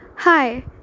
Hi